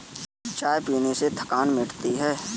चाय पीने से थकान मिटती है